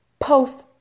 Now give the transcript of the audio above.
post